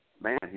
man